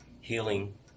healing